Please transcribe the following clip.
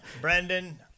Brendan